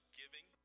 giving